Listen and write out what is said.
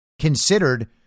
considered